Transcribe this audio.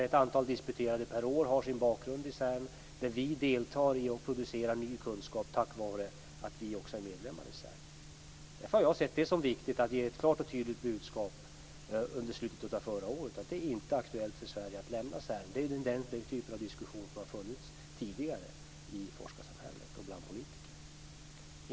Ett antal disputerande per år har sin bakgrund i CERN. Vi deltar och producerar ny kunskap tack vare att vi är medlemmar i CERN. Därför såg jag det som viktigt att ge ett klart och tydligt besked under slutet av förra året att det inte är aktuellt för Sverige att lämna CERN - något som har diskuterats tidigare i forskarsamhället och bland politiker.